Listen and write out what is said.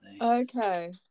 okay